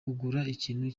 ikintu